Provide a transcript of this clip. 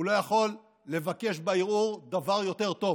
הוא לא יכול לבקש בערעור דבר יותר טוב.